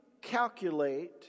calculate